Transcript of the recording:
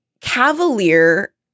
cavalier